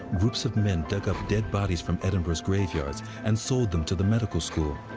groups of men dug up dead bodies from edinburgh's graveyards and sold them to the medical school.